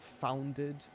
founded